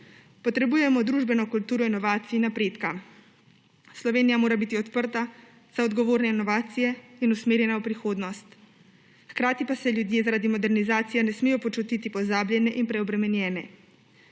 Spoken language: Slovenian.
Potrebujemo družbeno kulturo inovacij in napredka. Slovenija mora biti odprta za odgovorne inovacije in usmerjena v prihodnost, hkrati pa se ljudje zaradi modernizacije ne smejo počutiti pozabljene in preobremenjene.